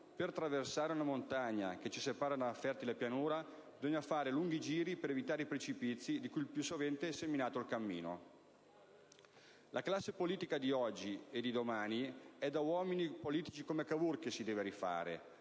«Per traversare una montagna che ci separa da una fertile pianura, bisogna fare lunghi giri per evitare i precipizi di cui il più sovente è seminato il cammino». La classe politica di oggi e di domani è a uomini e politici come Cavour che si deve rifare,